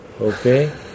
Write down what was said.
Okay